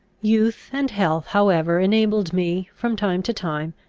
youth and health however enabled me, from time to time,